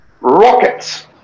rockets